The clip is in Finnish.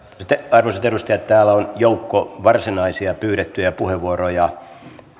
arvoisat edustajat täällä on joukko varsinaisia pyydettyjä puheenvuoroja